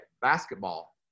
basketball